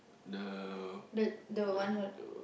the the one